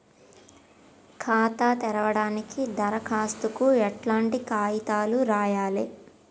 ఖాతా తెరవడానికి దరఖాస్తుకు ఎట్లాంటి కాయితాలు రాయాలే?